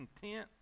content